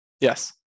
Yes